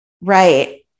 Right